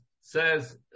says